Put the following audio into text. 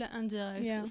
indirect